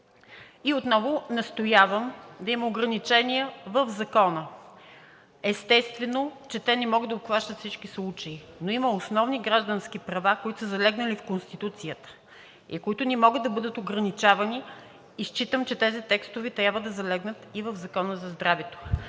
И отново настоявам да има ограничения в Закона. Естествено, че те не могат да обхващат всички случаи, но има основни граждански права, които са залегнали в Конституцията, които не могат да бъдат ограничавани, и считам, че тези текстове трябва да залегнат и в Закона за здравето.